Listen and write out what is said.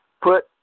put